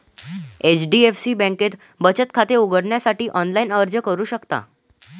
HDFC बँकेत बचत खाते उघडण्यासाठी ऑनलाइन अर्ज करू शकता